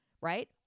right